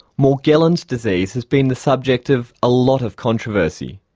morgellons disease has been the subject of a lot of controversy.